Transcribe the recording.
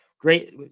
great